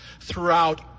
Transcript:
throughout